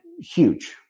Huge